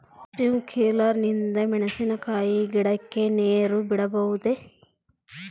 Sprinkler ನಿಂದ ಮೆಣಸಿನಕಾಯಿ ಗಿಡಕ್ಕೆ ನೇರು ಬಿಡಬಹುದೆ?